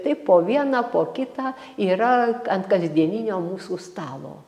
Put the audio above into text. taip po vieną po kitą yra ant kasdieninio mūsų stalo